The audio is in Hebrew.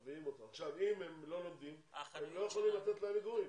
אם הם לא לומדים הם לא יכולים לתת להם מגורים.